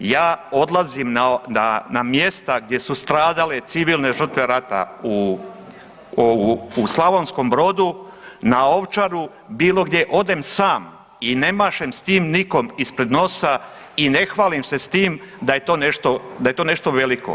Ja odlazim na mjesta gdje su stradale civilne žrtve rata u Slavonskom Brodu, na Ovčaru, bilo gdje odem sam i ne mašem s tim nikom ispred nosa i ne hvalim se s tim da je to nešto, da je to nešto veliko.